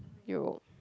Europe